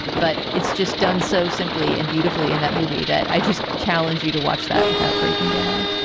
but it's just done so simply and beautifully in that movie that i just challenge you to watch that without breaking down.